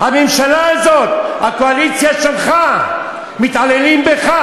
הממשלה הזאת והקואליציה שלך מתעללות בך.